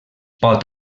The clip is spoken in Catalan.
pot